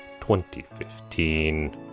2015